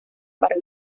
para